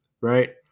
right